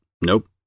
Nope